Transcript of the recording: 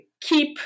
keep